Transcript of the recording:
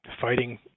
Fighting